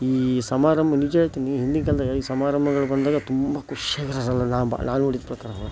ಈ ಸಮಾರಂಭ ನಿಜ ಹೇಳ್ತಿನಿ ಹಿಂದಿನ ಕಾಲದಾಗಾ ಈ ಸಮಾರಂಭಗಳ್ ಬಂದಾಗ ತುಂಬ ಖುಷಿಯಾಗಿರೊರೆಲ್ಲ ನಾ ಬಾ ನಾನು ನೋಡಿದ ಪ್ರಕಾರ